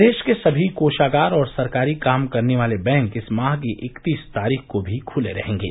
प्रदेश के सभी कोषागार और सरकारी काम करने वाले बैंक इस माह की इकतीस तारीख़ को भी खुले रहेंगे